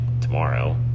tomorrow